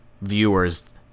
viewers